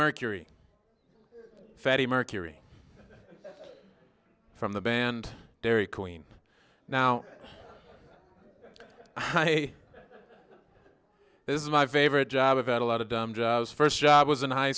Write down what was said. mercury fatty mercury from the band dairy queen now this is my favorite job about a lot of dumb jobs first job was in high